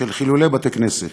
של חילול בתי-כנסת.